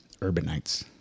urbanites